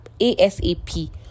asap